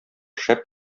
шәп